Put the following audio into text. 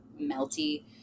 melty